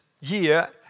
year